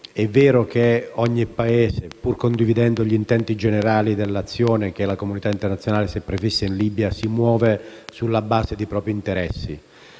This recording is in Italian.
È vero che ogni Paese, pur condividendo gli intenti generali dell'azione che la comunità internazionale si è prefissa in Libia, si muove sulla base dei propri interessi.